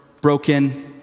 broken